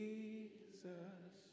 Jesus